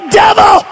devil